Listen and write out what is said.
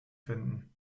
finden